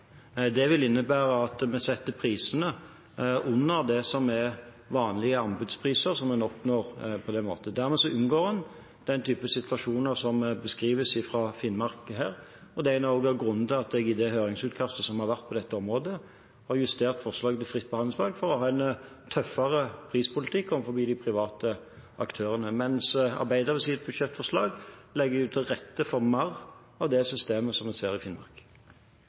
Det vil innebære at vi setter prisene under det som er vanlige anbudspriser som en oppnår på denne måten. Dermed unngår en den type situasjoner som den som her beskrives, fra Finnmark. Det er en av grunnene til at jeg i høringsutkastet på dette området har justert forslaget til fritt behandlingsvalg for å ha en tøffere prispolitikk overfor de private aktørene, mens Arbeiderpartiets budsjettsforslag jo legger til rette for mer av det systemet som vi ser i Finnmark.